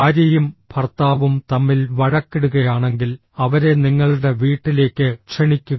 ഭാര്യയും ഭർത്താവും തമ്മിൽ വഴക്കിടുകയാണെങ്കിൽ അവരെ നിങ്ങളുടെ വീട്ടിലേക്ക് ക്ഷണിക്കുക